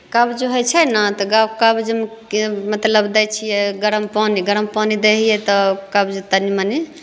कब्ज होइ छै ने तऽ गाव कब्जमे कि दै छिए मतलब गरम पानी गरम पानी दै हिए तब कब्ज तनि मनि